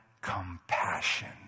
compassion